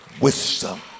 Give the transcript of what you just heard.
wisdom